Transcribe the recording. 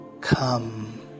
come